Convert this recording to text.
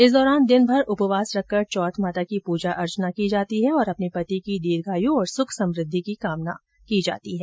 इस दौरान दिनभर उपवास रखकर चौथ माता की पूजा अर्चना करती है और अपने पति की दीर्घायु और सुख समृद्धि की कामना करती है